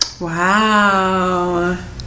wow